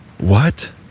What